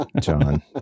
John